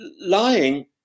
lying